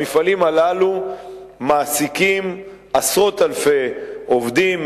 המפעלים הללו מעסיקים עשרות אלפי עובדים,